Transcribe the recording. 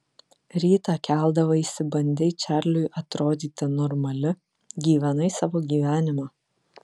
rytą keldavaisi bandei čarliui atrodyti normali gyvenai savo gyvenimą